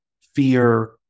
fear